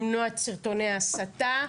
למנוע את סרטוני ההסתה.